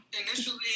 Initially